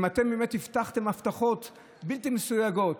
אתם באמת הבטחתם הבטחות בלתי מסויגות